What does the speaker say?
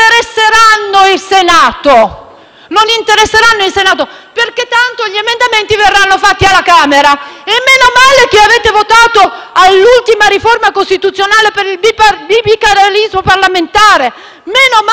non interesseranno il Senato, perché tanto gli emendamenti verranno fatti alla Camera. E meno male che all'ultima riforma costituzionale avete votato per il bicameralismo parlamentare,